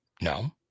no